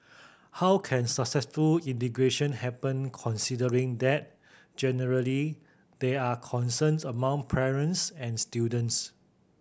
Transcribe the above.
how can successful integration happen considering that generally there are concerns among parents and students